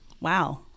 wow